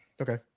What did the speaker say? Okay